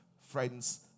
friends